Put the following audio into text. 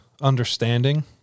understanding